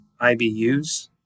IBUs